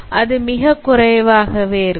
அது மிகக் குறைவாகவே இருக்கும்